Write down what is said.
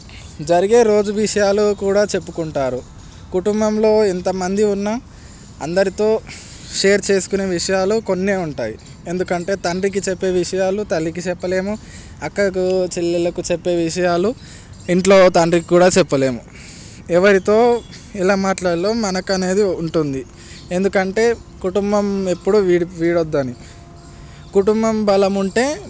జరిగే రోజు విషయాలు కూడా చెప్పుకుంటారు కుటుంబంలో ఎంతమంది ఉన్నా అందరితో షేర్ చేసుకునే విషయాలు కొన్ని ఉంటాయి ఎందుకంటే తండ్రికి చెప్పే విషయాలు తల్లికి చెప్పలేము అక్కకు చెల్లెళ్లకు చెప్పే విషయాలు ఇంట్లో తండ్రికి కూడా చెప్పలేము ఎవరితో ఎలా మాట్లాడాలో మనకు అనేది ఉంటుంది ఎందుకంటే కుటుంబం ఎప్పుడు వీడ వీడ వద్దని కుటుంబం బలం ఉంటే